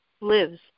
lives